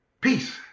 Peace